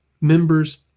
members